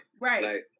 Right